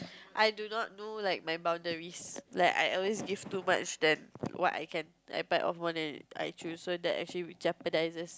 I do not know like my boundaries like I always give too much than what I can I bite off more than I chew so that actually it jeopardizes